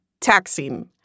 taxing